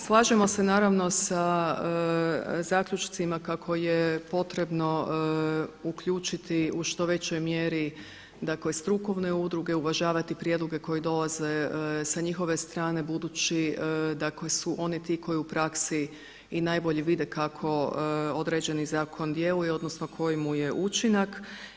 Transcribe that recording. Slažemo se naravno sa zaključcima kako je potrebno uključiti u što većoj mjeri, dakle strukovne udruge, uvažavati prijedloge koji dolaze sa njihove strane budući dakle su oni ti koji u praksi i najbolje vide kako određeni zakon djeluje, odnosno koji mu je učinak.